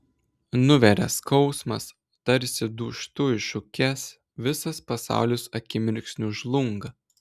nuveria skausmas tarsi dūžtu į šukes visas pasaulis akimirksniu žlunga